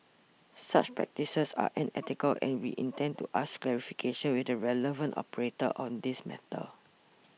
such practices are unethical and we intend to seek clarification with the relevant operator on this matter